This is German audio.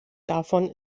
davon